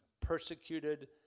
persecuted